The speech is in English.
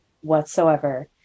whatsoever